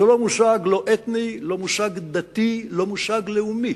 זה לא מושג, לא אתני, לא מושג דתי, לא מושג לאומי.